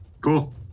Cool